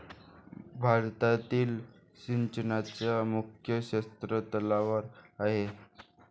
भारतातील सिंचनाचा मुख्य स्रोत तलाव आहे